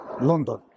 London